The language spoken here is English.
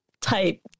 type